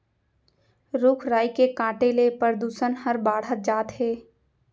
रूख राई के काटे ले परदूसन हर बाढ़त जात हे